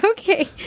Okay